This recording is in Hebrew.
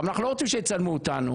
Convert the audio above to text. אנחנו לא רוצים שיצלמו אותנו.